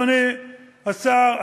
אדוני השר,